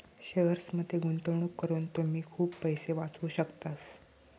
शेअर्समध्ये गुंतवणूक करून तुम्ही खूप पैसे वाचवू शकतास